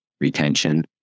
retention